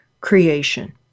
creation